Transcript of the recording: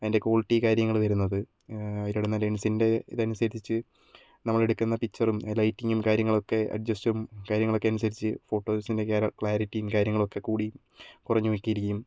അതിന്റെ ക്വാളിറ്റി കാര്യങ്ങൾ വരുന്നത് അതിലിടുന്ന ലെൻസിന്റെ ഇതനുസരിച്ച് നമ്മളെടുക്കുന്ന പിക്ചറും ലൈറ്റിംഗും കാര്യങ്ങളൊക്കെ അഡ്ജസ്റ്റും കാര്യങ്ങളൊക്കെ അനുസരിച്ച് ഫോട്ടോസിന്റെ ക്ലാരിറ്റിയും കാര്യങ്ങളും ഒക്കെക്കൂടി കുറഞ്ഞും ഒക്കെ ഇരിക്കും